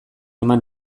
eman